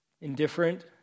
indifferent